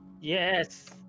Yes